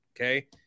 Okay